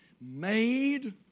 Made